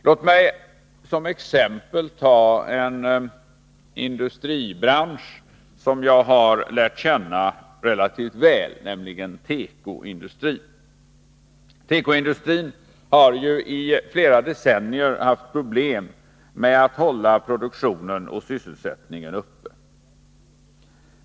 Låt mig som exempel ta en industribransch som jag har lärt känna relativt väl, nämligen tekoindustrin. I flera decennier har ju tekoindustrin haft problem med att hålla produktionen och sysselsättningen uppe.